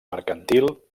mercantil